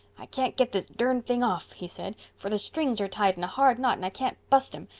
i can't get this durned thing off he said, for the strings are tied in a hard knot and i can't bust em,